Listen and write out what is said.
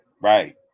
Right